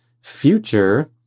future